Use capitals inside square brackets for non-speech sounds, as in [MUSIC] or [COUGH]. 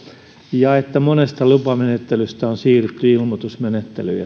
ja että monesta lupamenettelystä on siirrytty ilmoitusmenettelyyn [UNINTELLIGIBLE]